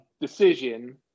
decision